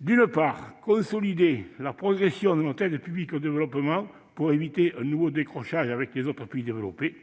d'une part, consolider la progression de notre aide publique au développement (APD) pour éviter un nouveau décrochage avec les autres pays développés